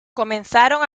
comenzaron